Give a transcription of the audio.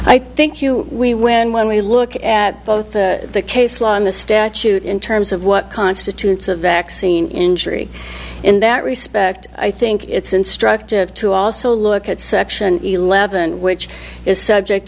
i think you we when when we look at both the case law on the statute in terms of what constitutes a vaccine injury in that respect i think it's instructive to also look at section eleven which is subject